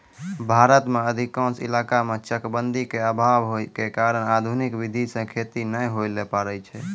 भारत के अधिकांश इलाका मॅ चकबंदी के अभाव होय के कारण आधुनिक विधी सॅ खेती नाय होय ल पारै छै